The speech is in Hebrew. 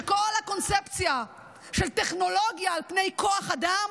הוא שכל הקונספציה של טכנולוגיה על פני כוח אדם,